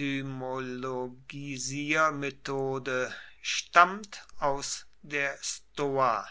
etymologisiermethode stammt aus der stoa